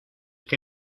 que